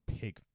pig